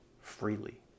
freely